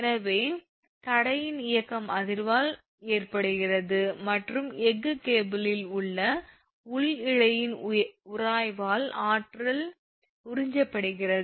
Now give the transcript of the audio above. எனவே தடையின் இயக்கம் அதிர்வால் ஏற்படுகிறது மற்றும் எஃகு கேபிளில் உள்ள உள் இழையின் உராய்வால் ஆற்றல் உறிஞ்சப்படுகிறது